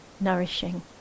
nourishing